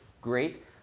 great